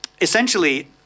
essentially